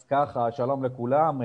אז ככה, שלום לכולם,